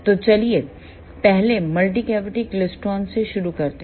तो चलिए पहले मल्टी कैविटी केस्ट्रोन से शुरू करते हैं